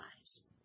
lives